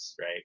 right